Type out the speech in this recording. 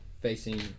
facing